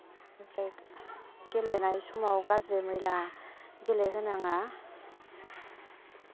ओमफ्राय गेलेनाय समाव गाज्रि मैला गेले होनाङा